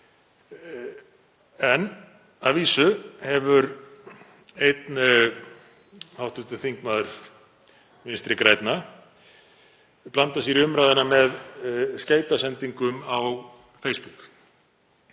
Að vísu hefur einn hv. þingmaður Vinstri grænna blandað sér í umræðuna með skeytasendingum á Facebook